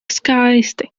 skaisti